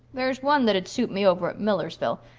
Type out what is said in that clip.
there's one that'd suit me over at millersville.